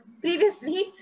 previously